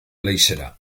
leizera